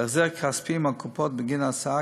להחזר כספי מהקופות בגין הסעה,